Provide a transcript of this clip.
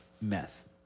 meth